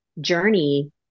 journey